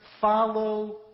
follow